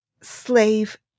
slave